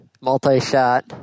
multi-shot